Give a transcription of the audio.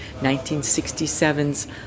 1967's